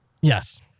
Yes